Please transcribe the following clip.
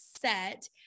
set